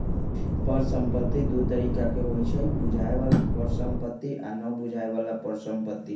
परिसंपत्ति दु तरिका के होइ छइ बुझाय बला परिसंपत्ति आ न बुझाए बला परिसंपत्ति